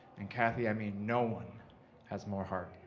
and cathy i mean, no one has more heart.